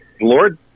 Lord